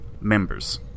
members